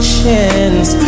chance